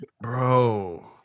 Bro